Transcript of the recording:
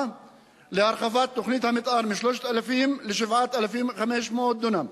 להרחבת תוכנית המיתאר מ-3,000 ל-7,500 דונם,